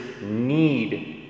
need